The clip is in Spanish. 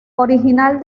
original